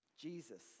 Jesus